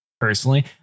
personally